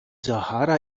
sahara